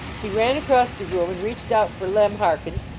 he ran across the room and reached out for lem harkins,